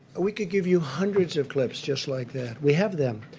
we could give you hundreds of clips just like that. we have them.